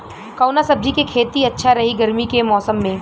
कवना सब्जी के खेती अच्छा रही गर्मी के मौसम में?